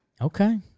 Okay